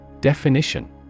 Definition